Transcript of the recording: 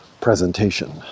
presentation